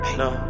no